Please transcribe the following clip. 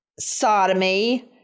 sodomy